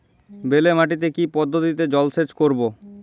বেলে মাটিতে কি পদ্ধতিতে জলসেচ করব?